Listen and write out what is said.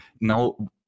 now